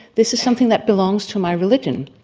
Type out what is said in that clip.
this is something that belongs to my religion.